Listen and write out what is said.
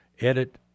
edit